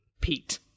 Pete